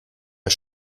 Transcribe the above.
ich